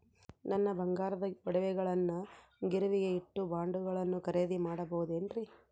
ನನ್ನ ಬಂಗಾರದ ಒಡವೆಗಳನ್ನ ಗಿರಿವಿಗೆ ಇಟ್ಟು ಬಾಂಡುಗಳನ್ನ ಖರೇದಿ ಮಾಡಬಹುದೇನ್ರಿ?